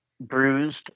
bruised